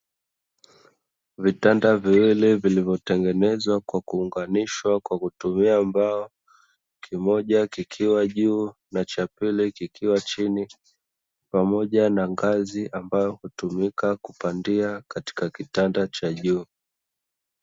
Vitanda viwili vilivyotengenezwa kwa kuunganishwa kwa kutumia mbao, kimmoja kikiwa juu na cha pili kikiwa chini pamoja na ngazi, ambayo hutumika katika kupandia katika kitanda cha juu.